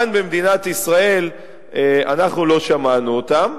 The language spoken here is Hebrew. כאן במדינת ישראל אנחנו לא שמענו אותם,